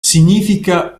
significa